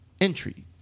entry